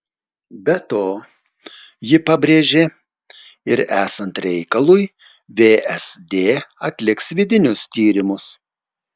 be to ji pabrėžė ir esant reikalui vsd atliks vidinius tyrimus